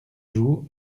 joues